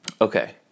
okay